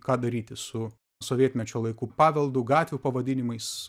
ką daryti su sovietmečio laikų paveldu gatvių pavadinimais